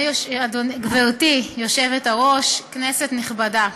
גברתי היושבת-ראש, כנסת נכבדה,